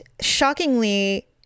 shockingly